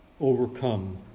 overcome